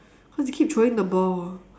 cause they keep throwing the ball